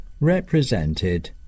represented